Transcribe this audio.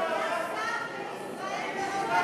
הוא היה שר בישראל.